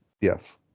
Yes